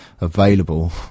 available